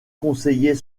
conseiller